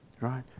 right